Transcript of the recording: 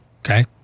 okay